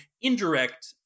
indirect